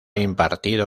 impartido